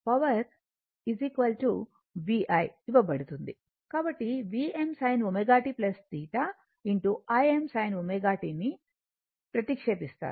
కాబట్టి Vm sin ω t θ Im sin ω t ని ప్రతిక్షేపిస్తారు